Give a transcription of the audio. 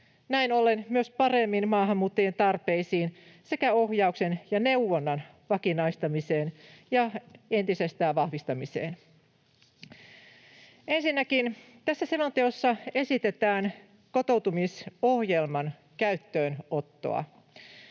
näin ollen myös paremmin maahanmuuttajien tarpeisiin sekä ohjauksen ja neuvonnan vakinaistamiseen ja entisestään vahvistamiseen. Ensinnäkin tässä selonteossa esitetään kotoutumisohjelman käyttöönottoa.